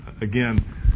again